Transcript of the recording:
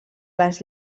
les